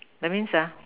that means ah